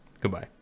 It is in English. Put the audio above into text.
Goodbye